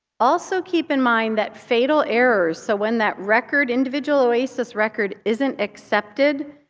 also keep in mind that fatal errors, so when that record, individual oasis record isn't accepted,